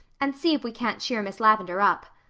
and see if we can't cheer miss lavendar up.